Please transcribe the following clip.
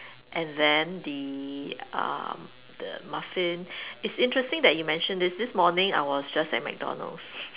and then the um the muffin it's interesting that you mentioned this this morning I was just at McDonalds